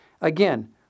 Again